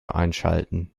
einschalten